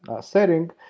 setting